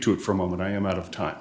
to it for a moment i am out of time